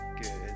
good